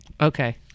Okay